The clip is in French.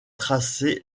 tracés